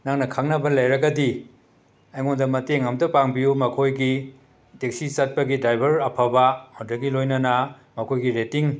ꯅꯪꯅ ꯈꯪꯅꯕ ꯂꯩꯔꯒꯗꯤ ꯑꯩꯉꯣꯟꯗ ꯃꯇꯦꯡ ꯑꯝꯇ ꯄꯥꯡꯕꯤꯌꯨ ꯃꯈꯣꯏꯒꯤ ꯇꯦꯛꯁꯤ ꯆꯠꯄꯒꯤ ꯗ꯭ꯔꯥꯏꯕꯔ ꯑꯐꯕ ꯑꯗꯒꯤ ꯂꯣꯏꯅꯅ ꯃꯈꯣꯏꯒꯤ ꯔꯦꯇꯤꯡ